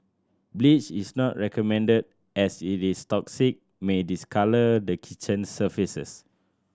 bleach is not recommended as it is toxic may discolour the kitchen surfaces